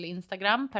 Instagram